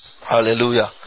Hallelujah